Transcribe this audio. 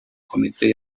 komite